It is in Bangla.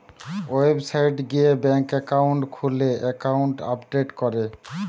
ওয়েবসাইট গিয়ে ব্যাঙ্ক একাউন্ট খুললে একাউন্ট আপডেট করে